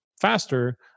faster